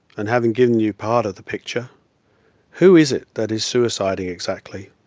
and having given you part of the picture who is it that is suiciding exactly?